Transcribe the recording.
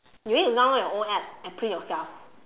you need to download your own app and print yourself